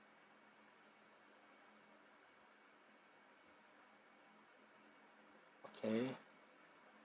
okay